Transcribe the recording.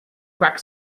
crack